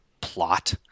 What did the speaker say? plot